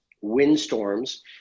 windstorms